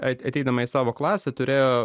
ateidama į savo klasę turėjo